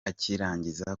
akirangiza